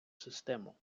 систему